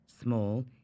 small